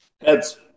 Heads